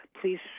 please